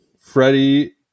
Freddie